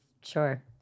Sure